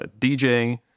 DJ